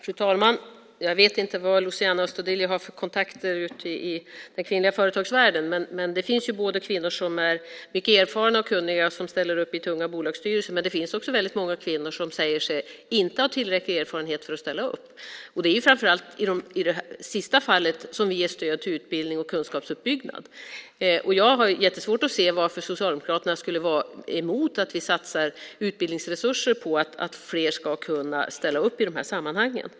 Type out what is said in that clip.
Fru talman! Jag vet inte vad Luciano Astudillo har för kontakter i den kvinnliga företagsvärlden. Det finns både kvinnor som är mycket erfarna, kunniga och som ställer upp i tunga bolagsstyrelser och väldigt många kvinnor som säger sig inte ha tillräcklig erfarenhet för att ställa upp. Det är framför allt i det sista fallet som vi ger stöd till utbildning och kunskapsuppbyggnad. Jag har svårt att se varför Socialdemokraterna skulle vara emot att vi satsar utbildningsresurser på att fler ska kunna ställa upp i de här sammanhangen.